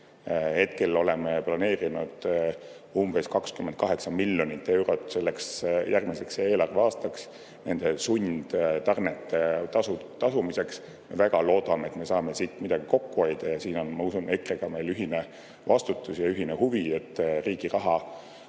Hetkel oleme planeerinud umbes 28 miljonit eurot järgmiseks eelarveaastaks nende sundtarnete eest tasumiseks. Me väga loodame, et me saame siit midagi kokku hoida. Ja siin on, ma usun, EKRE-ga meil ühine vastutus ja ühine huvi, et riigi raha